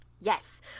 Yes